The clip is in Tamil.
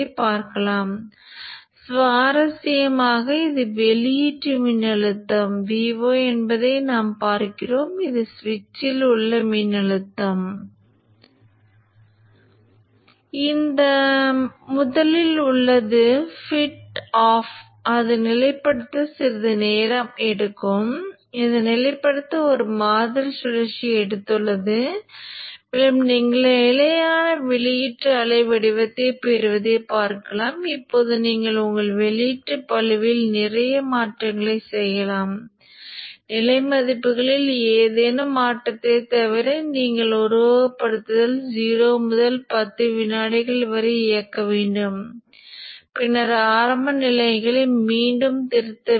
இந்த டிரான்சிஸ்டர் சுவிட்சை மதிப்பிடுவதற்கு மின்தடையத்தை எவ்வாறு மதிப்பிடுவது என்பது நமக்கு தெரியும் டையோடு இங்கு காந்தமாக்கும் தற்போதைய சராசரியின் தற்போதைய மதிப்பீடு மற்றும் இங்கே டிரான்சிஸ்டர் இயக்கப்படும்போது அது Vin தாங்கும் மின்னழுத்த மதிப்பீட்டைக் கொண்டிருக்கும்